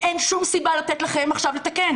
אין שום סיבה לתת לכם עכשיו לתקן